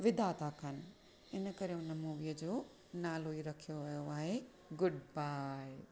विदा था कनि इन करे उन मूवीअ जो नालो ई रखियो वियो आहे गुडबाय